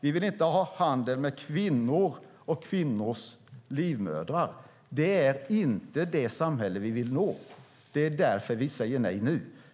Vi vill inte ha handel med kvinnor och kvinnors livmödrar. Det är inte det samhälle vi vill nå. Det är därför vi nu säger nej.